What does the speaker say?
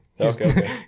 Okay